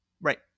Right